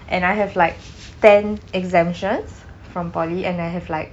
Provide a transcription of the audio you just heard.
and I have like ten exemptions from poly and I have like